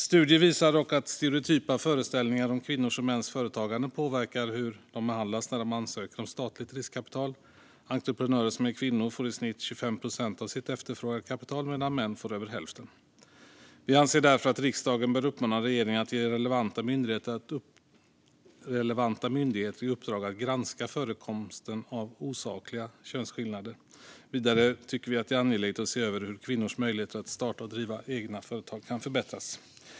Studier visar dock att stereotypa föreställningar om kvinnors och mäns företagande påverkar hur de behandlas när de ansöker om statligt riskkapital. Entreprenörer som är kvinnor får i snitt 25 procent av sitt efterfrågade kapital medan män får över hälften. Vi anser därför att riksdagen bör uppmana regeringen att ge relevanta myndigheter i uppdrag att granska förekomsten av osakliga könsskillnader. Vidare tycker vi att det är angeläget att se över hur kvinnors möjligheter att starta och driva egna företag kan förbättras.